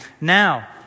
Now